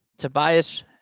Tobias